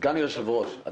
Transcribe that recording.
סגן יושב-ראש הכנסת,